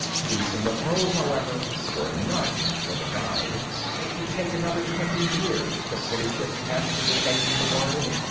peace and repose, however, were not for the guide it would take another twenty years to finish his task of remaking the world,